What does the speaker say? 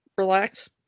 relax